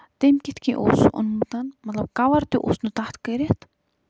تٔمۍ کِتھٕ کٔنۍ اوس سُہ اوٚنمُت مطلب کَور تہِ اوس نہٕ تَتھ کٔرِتھ